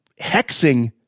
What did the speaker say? hexing